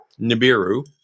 Nibiru